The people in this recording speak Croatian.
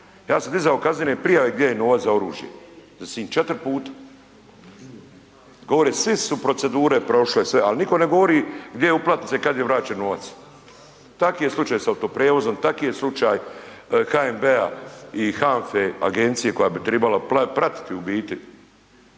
ja sam dizao kaznene prijave gdje je novac za oružje, za Sinj, 4 puta. Govore svi su procedure prošle, sve, ali nitko ne govori gdje je uplatnica i kad je vraćen novac. Taki je slučaj s autoprijevozom, taki je slučaj HNB-a i HANFE agencije koja bi tribala pratiti u biti,